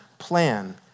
plan